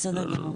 בסדר גמור.